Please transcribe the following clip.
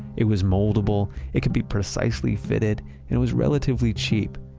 it was moldable, it could be precisely fitted, and it was relatively cheap.